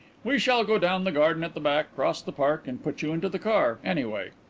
we shall go down the garden at the back, cross the park, and put you into the car anyway.